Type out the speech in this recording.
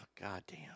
Goddamn